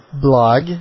blog